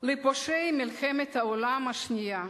לפושעי מלחמת העולם השנייה,